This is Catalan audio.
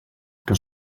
que